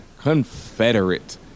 Confederate